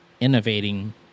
innovating